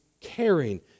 caring